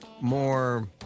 more